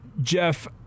Jeff